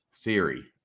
theory